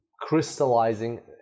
crystallizing